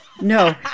No